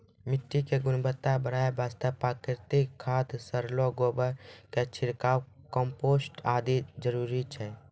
मिट्टी के गुणवत्ता बढ़ाय वास्तॅ प्राकृतिक खाद, सड़लो गोबर के छिड़काव, कंपोस्ट आदि जरूरी छै